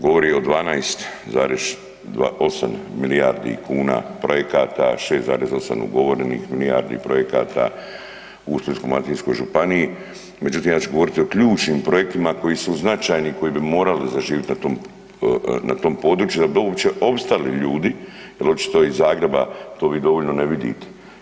Govori o 12,8 milijardi kuna projekata, 6,8 ugovorenih milijardi projekata u Splitsko-dalmatinskoj županiji, međutim ja ću govoriti o ključnim projektima koji su značajni, koji bi morali zaživjeti na tom području da bi uopće opstali ljudi jer očito iz Zagreba to vi dovoljno ne vidite.